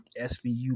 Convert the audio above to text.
SVU